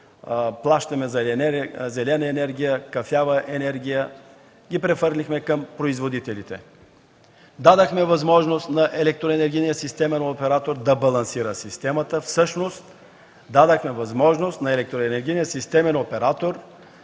плащаме за зелена, кафява енергия ги прехвърлихме към производителите; дадохме възможност на електроенергийния системен оператор да балансира системата, всъщност дадохме възможност на електроенергийния системен оператор